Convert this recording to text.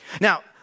Now